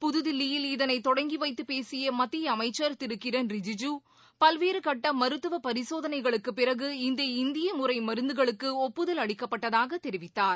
புதுதில்லியில் இதனை தொடங்கி வைத்து பேசிய மத்திய அமைச்சர் திரு கிரண் ரிஜூஜூ பல்வேறு கட்ட மருத்துவ பரிசோதனைகளுக்கு பிறகு இந்த இந்திய முறை மருந்துகளுக்கு ஒப்புதல் அளிக்கப்பட்டதாக தெரிவித்தார்